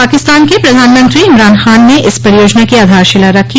पाकिस्तान के प्रधानमंत्री इमरान खान ने इस परियोजना की आधारशिला रखी